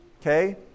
Okay